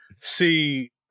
See